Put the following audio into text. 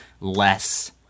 less